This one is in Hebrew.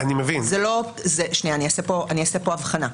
אני אעשה פה הבחנה.